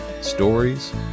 stories